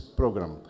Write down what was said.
program